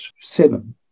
seven